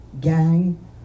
gang